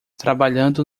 trabalhando